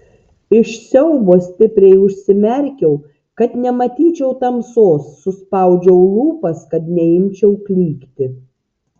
iš siaubo stipriai užsimerkiau kad nematyčiau tamsos suspaudžiau lūpas kad neimčiau klykti